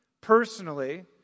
personally